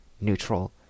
neutral